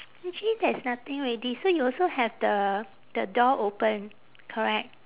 actually there's nothing already so you also have the the door open correct